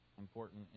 important